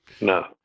No